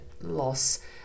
loss